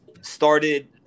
started